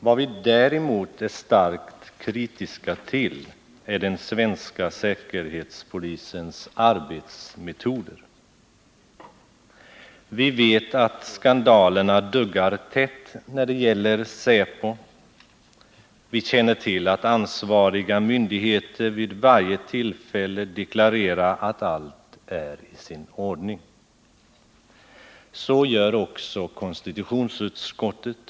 Vad vi däremot är starkt kritiska till är den svenska säkerhetspolisens arbetsmetoder. Vi vet att skandalerna duggar tätt när det gäller säpo. Vi känner till att ansvariga myndigheter vid varje tillfälle deklarerar att allt är i sin ordning. Så gör också konstitutionsutskottet.